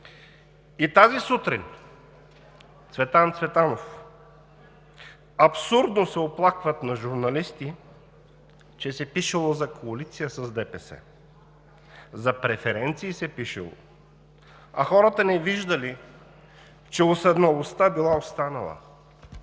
и тази сутрин Цветан Цветанов абсурдно се оплакват на журналисти, че се пишело за коалиция с ДПС. За преференции се пишело, а хората не виждали, че уседналостта била останала,